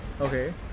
Okay